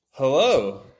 Hello